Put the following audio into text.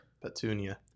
Petunia